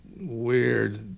weird